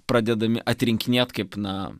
pradedami atrinkinėt kaip na